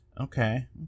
Okay